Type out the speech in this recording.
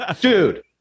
dude